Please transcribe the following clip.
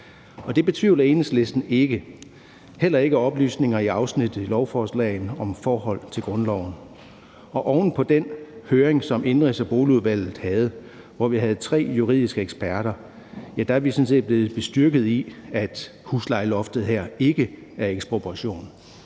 det betvivler Enhedslisten ikke, heller ikke oplysninger i afsnittet i lovforslaget om forhold til grundloven. Oven på den høring, som Indenrigs- og Boligudvalget havde, hvor der var tre juridiske eksperter, er vi sådan set blevet bestyrket i, at huslejeloftet her ikke er ekspropriation.